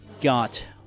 got